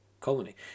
colony